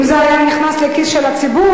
אם זה היה נכנס לכיס של הציבור,